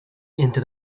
into